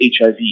HIV